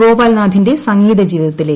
ഗോപാൽ നാഥിന്റെ സംഗീത ജീവിതത്തിലേക്ക്